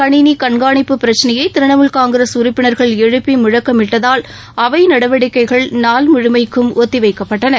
கணினி கண்காணிப்பு பிரச்சினையை திரிணமூல் காங்கிரஸ் உறுப்பினா்கள் எழுப்பி முழக்கமிட்டதால் அவை நடவடிக்கைகள் நாள் முழுமைக்கும் ஒத்திவைக்கப்பட்டன